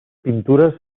pintures